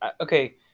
okay